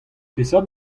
peseurt